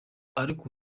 ariko